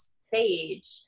stage